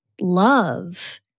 love